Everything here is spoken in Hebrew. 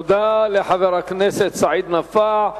תודה לחבר הכנסת סעיד נפאע.